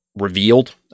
revealed